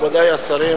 מכובדי השרים,